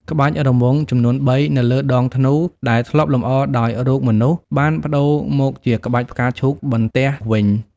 ក្បាច់រង្វង់ចំនួន ៣ នៅលើដងធ្នូ ដែលធ្លាប់លម្អដោយរូបមនុស្ស បានប្ដូរមកជាក្បាច់ផ្កាឈូកបន្ទះវិញ។